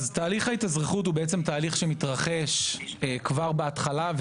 תהליך ההתאזרחות מתרחש כבר בהתחלה,